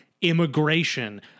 immigration